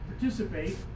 participate